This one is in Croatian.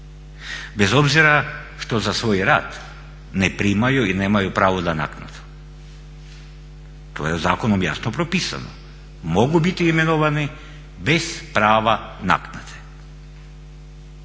bez obzira što za svoj rad ne primaju i nemaju pravo na naknadu. To je zakonom jasno propisano. Mogu biti imenovani bez prava naknade.